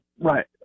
Right